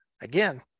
Again